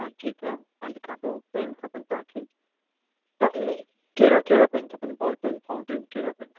हा ठीकु आहे मां लिखां थो पैन खपनि तव्हां खे तव्हां खे कहिड़ा कहिड़ा पैन खपनि बॉल पैन फाउनटेन कहिड़ा पैन खपनि